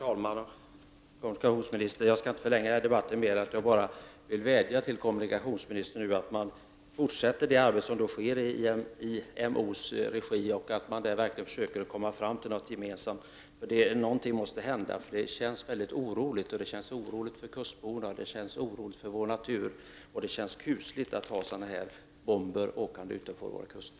Herr talman! Jag skall inte förlänga debatten så mycket mer, men jag vill vädja till kommunikationsministern att man fortsätter det arbete som nu sker i IMO:s regi och att man där verkligen försöker komma fram till något gemensamt. Någonting måste hända. Det känns väldigt oroligt för kustborna, och det känns oroligt för vår natur, det känns kusligt att ha sådana här ”bomber” utanför våra kuster.